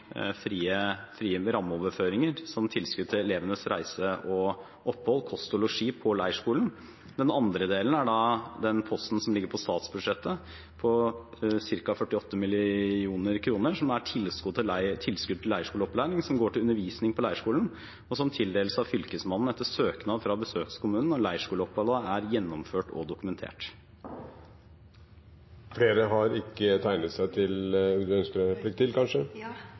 frie rammeoverføringer, som tilskudd til elevenes reise til og opphold – kost og losji – på leirskolen. Den andre delen kommer under den posten som ligger i statsbudsjettet, ca. 48 mill. kr, som er tilskudd til leirskoleopplæring – som går til undervisning på leirskolen – og som tildeles av Fylkesmannen etter søknad fra besøkskommunen når leirskoleoppholdet er gjennomført og dokumentert.